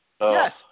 Yes